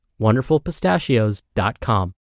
wonderfulpistachios.com